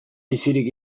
bizirik